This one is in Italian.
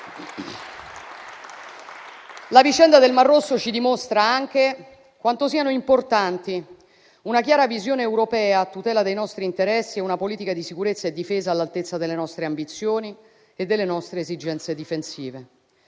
La vicenda del Mar Rosso ci dimostra anche quanto siano importanti una chiara visione europea a tutela dei nostri interessi e una politica di sicurezza e difesa all'altezza delle nostre ambizioni e delle nostre esigenze difensive.